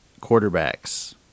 quarterbacks